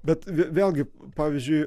bet vėlgi pavyzdžiui